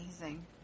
amazing